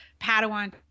Padawan